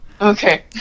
Okay